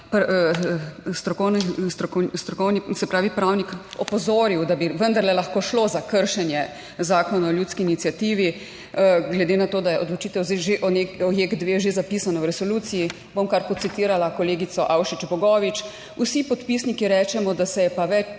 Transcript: strokovni, se pravi pravnik opozoril, da bi vendarle lahko šlo za kršenje Zakona o ljudski iniciativi, glede na to, da je odločitev JEK2 že zapisano v resoluciji, bom kar citirala kolegico Avšič Bogovič: "Vsi podpisniki rečemo, da se je, pač